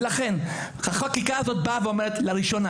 לכן החקיקה הזאת באה ואומרת לראשונה